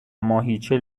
ماهیچه